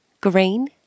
green